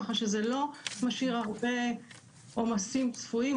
כך שזה לא משאיר הרבה עומסים צפויים.